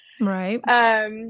right